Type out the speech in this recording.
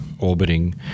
orbiting